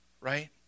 Right